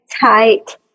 tight